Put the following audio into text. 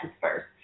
first